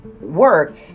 work